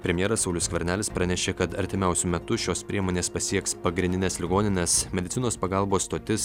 premjeras saulius skvernelis pranešė kad artimiausiu metu šios priemonės pasieks pagrindines ligonines medicinos pagalbos stotis